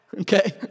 okay